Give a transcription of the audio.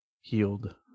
healed